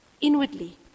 inwardly